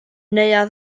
neuadd